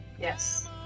Yes